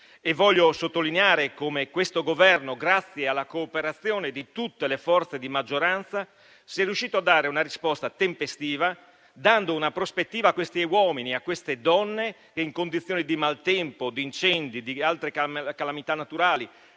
Voglio sottolineare come questo Governo, grazie alla cooperazione di tutte le forze di maggioranza, sia riuscito a dare una risposta tempestiva, assicurando una prospettiva a uomini e a donne, che, in condizioni di maltempo, di incendi e di altre calamità naturali,